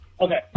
Okay